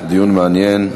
דיון מעניין.